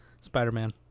Spider-Man